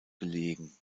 gelegen